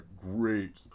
great